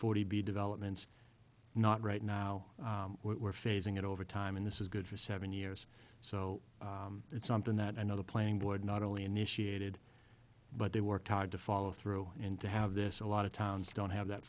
forty b developments not right now we're phasing it over time and this is good for seven years so it's something that another playing board not only initiated but they worked hard to follow through and to have this a lot of towns don't have that